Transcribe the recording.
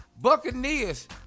Buccaneers